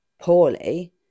poorly